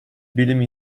bilim